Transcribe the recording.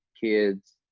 kids